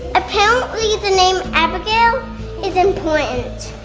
apparently, the name abigail is important.